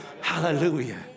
Hallelujah